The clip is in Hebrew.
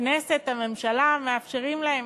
הכנסת, הממשלה, מאפשרים להם.